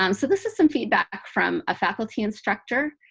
um so this is some feedback from a faculty instructor.